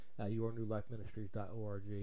yournewlifeministries.org